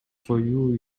коюу